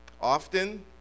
often